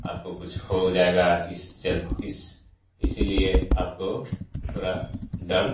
आपको कुछ हो जाएगा इस चल इस इसीलिए आपको थोड़ा डर